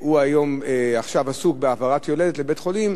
עסוק בהעברת יולדת לבית-חולים,